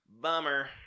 Bummer